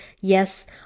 Yes